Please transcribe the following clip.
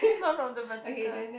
not from the vertical